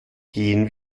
gehen